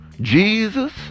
Jesus